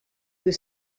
was